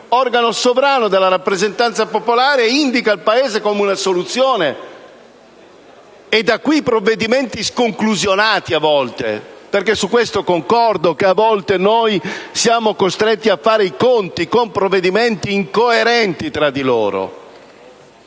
organo sovrano della rappresentanza popolare, indica al Paese come una soluzione. Di qui i provvedimenti sconclusionati, e su questo concordo con il fatto che a volte siamo costretti a fare i conti con provvedimenti incoerenti tra di loro.